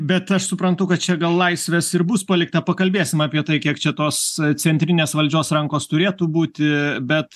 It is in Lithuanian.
bet aš suprantu kad čia gal laisvės ir bus palikta pakalbėsim apie tai kiek čia tos centrinės valdžios rankos turėtų būti bet